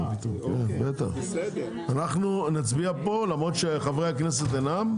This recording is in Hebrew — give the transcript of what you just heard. אנחנו נצביע פה למרות שחברי הכנסת אינם,